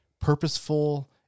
purposeful